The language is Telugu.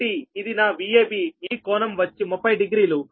కాబట్టి ఇది నా VABఈ కోణం వచ్చి 30 డిగ్రీలు